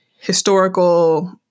historical